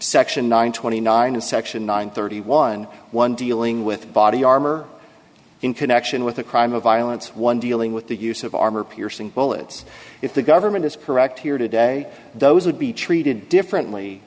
section nine twenty nine of section nine thirty one one dealing with body armor in connection with a crime of violence one dealing with the use of armor piercing bullets if the government is correct here today those would be treated differently